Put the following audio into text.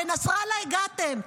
לנסראללה הגעתם,